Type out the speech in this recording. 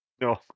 No